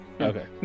Okay